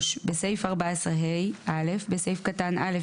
; (ג) (3) בסעיף 14ה - (א) בסעיף קטן (א),